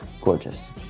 Gorgeous